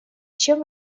чем